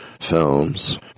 Films